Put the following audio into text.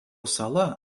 sala